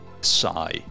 Sigh